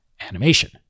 animation